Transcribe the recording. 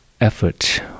effort